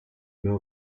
mehr